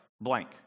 blank